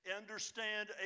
understand